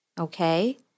okay